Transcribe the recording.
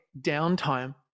downtime